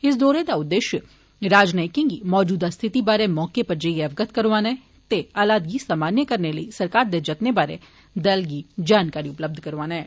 इस दौरे दा उद्देष्य राजनयिकें गी मौजूदा स्थिति बारै मौके उप्पर जाइयै अवगत करोआना ऐ ते हालात गी सामान्य करने लेई सरकार दे जत्नें बारै अवगत करोआना ऐ